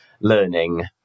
learning